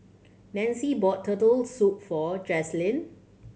Nancy bought Turtle Soup for Jazlene